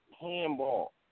handball